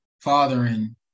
fathering